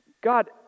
God